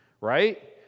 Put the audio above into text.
right